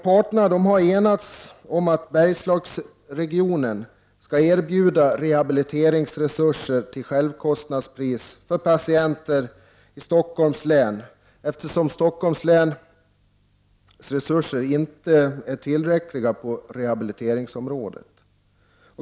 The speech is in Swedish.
Parterna har enats om att Bergslagsregionen skall erbjuda rehabiliteringsresurser till självkostnadspris för patienter i Stockholms län, eftersom Stockholms läns resurser inte är tillräckliga på rehabiliteringsområdet.